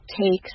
takes